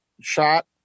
shot